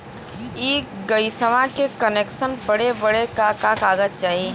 इ गइसवा के कनेक्सन बड़े का का कागज चाही?